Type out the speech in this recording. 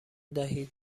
دهید